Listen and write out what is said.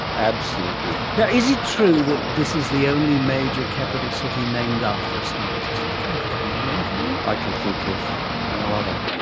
absolutely is it true that this is the only major capital city named after a scientist? i can't think of another one, can you? i can think of no other,